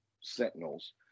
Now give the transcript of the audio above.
sentinels